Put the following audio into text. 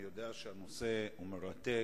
אני יודע שהנושא מרתק,